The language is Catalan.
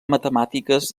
matemàtiques